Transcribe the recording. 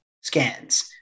scans